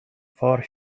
four